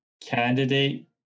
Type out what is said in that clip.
candidate